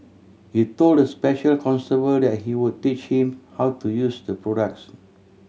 he told the special constable that he would teach him how to use the products